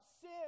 sin